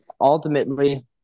ultimately